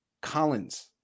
Collins